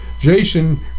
Jason